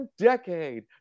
decade